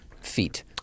feet